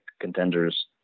contenders